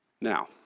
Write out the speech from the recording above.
Now